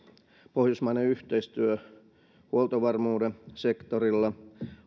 pohjoismainen yhteistyö huoltovarmuuden sektorilla